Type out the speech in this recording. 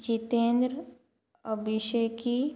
Jitendra Abhisheki